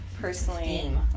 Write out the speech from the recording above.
Personally